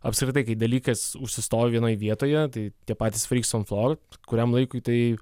apskritai kai dalykas užsistovi vienoj vietoje tai tie patys freaks on floor kuriam laikui tai